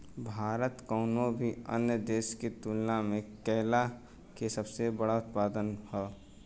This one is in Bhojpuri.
भारत कउनों भी अन्य देश के तुलना में केला के सबसे बड़ उत्पादक ह